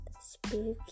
Spooky